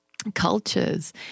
cultures